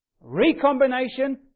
recombination